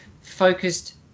focused